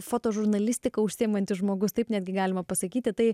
fotožurnalistika užsiimantis žmogus taip netgi galima pasakyti tai